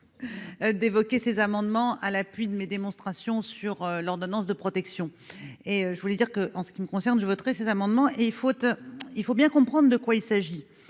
d'évoquer ces amendements à l'appui de mes démonstrations sur l'ordonnance de protection. Et je voulais dire que en ce qui me concerne, je voterai cet amendement et faute, il faut bien comprendre de quoi il s'agit,